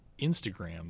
Instagram